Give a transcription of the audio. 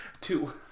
Two